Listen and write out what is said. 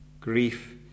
grief